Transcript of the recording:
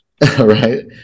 Right